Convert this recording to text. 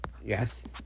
Yes